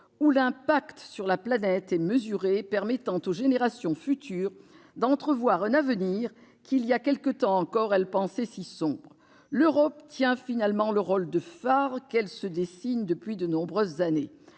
où l'impact sur la planète est mesuré, permettant aux générations futures d'entrevoir un avenir, qu'il y a quelque temps encore elles pensaient si sombre. L'Europe tient finalement le rôle de phare qu'elle se dessine depuis de nombreuses années.